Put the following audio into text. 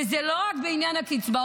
וזה לא רק בעניין הקצבאות,